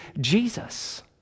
jesus